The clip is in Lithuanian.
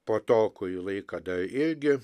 po to kurį laiką dar irgi